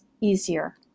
easier